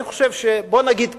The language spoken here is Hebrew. בוא נגיד ככה: